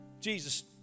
Jesus